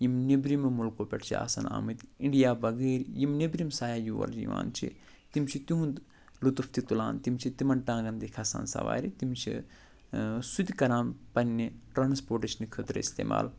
یِم نیٚبرِمَو مُلکَو پٮ۪ٹھ چھِ آسان آمتۍ اِنٛڈِیا بغٲر یِم نیٚبرِم سیاح یور یِوان چھِ تِم چھِ تِہُنٛد لطف تہِ تُلان تِم چھِ تِمَن ٹانگَن تہِ کھسان سوارِ سُہ تہِ کران پَنٛنہِ ٹرانسپوٹیشَن خٲطرٕ اِستعمال